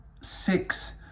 six